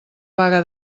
vaga